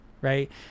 right